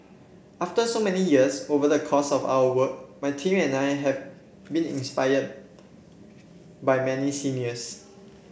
after so many years over the course of our work my team and I have been inspired by many seniors